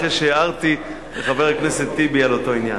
אחרי שהערתי לחבר הכנסת טיבי על אותו עניין.